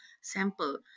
sample